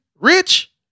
rich